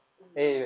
oh